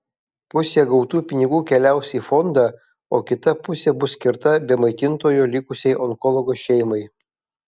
pusė gautų pinigų keliaus į fondą o kita pusė bus skirta be maitintojo likusiai onkologo šeimai